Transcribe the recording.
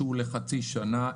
שהוא לחצי שנה.